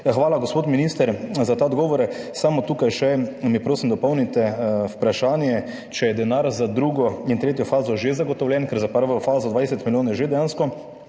Hvala, gospod minister, za te odgovore. Samo tukaj mi še, prosim, dopolnite vprašanje, če je denar za drugo in tretjo fazo že zagotovljen, ker za prvo fazo je dvajset milijonov že dejansko